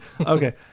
Okay